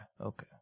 Okay